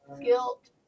guilt